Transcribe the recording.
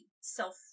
self-